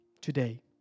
today